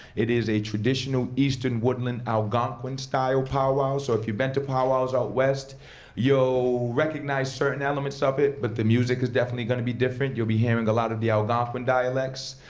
it is a traditional eastern wooden and algonquin style powwow. so if you been to powwows out west you'll recognize certain elements of it, but the music is definitely going to be different. you'll be hearing a lot of the algonquin dialects,